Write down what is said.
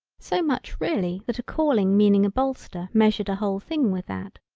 so much really that a calling meaning a bolster measured a whole thing with that.